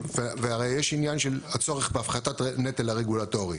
והרי יש עניין של הצורך בהפחתת נטל הרגולטורי.